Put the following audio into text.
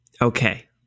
okay